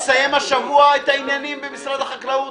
אנחנו נסיים השבוע את העניינים במשרד החקלאות?